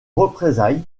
représailles